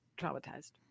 traumatized